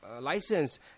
license